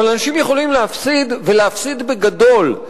אבל אנשים יכולים להפסיד, ולהפסיד בגדול.